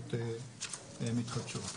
באנרגיות מתחדשות.